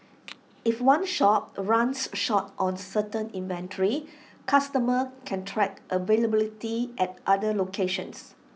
if one shop runs short on certain inventory customers can track availability at other locations